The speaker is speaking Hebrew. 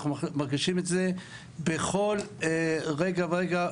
אנחנו מרגישים את זה בכל רגע ורגע.